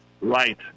right